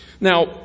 Now